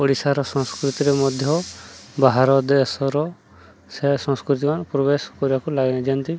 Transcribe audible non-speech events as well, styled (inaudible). ଓଡ଼ିଶାର ସଂସ୍କୃତିରେ ମଧ୍ୟ ବାହାର ଦେଶର ସେ ସଂସ୍କୃତି (unintelligible) ପ୍ରବେଶ କରିବାକୁ ଲାଗିଲେଣି